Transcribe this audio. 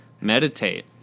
meditate